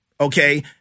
okay